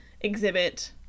exhibit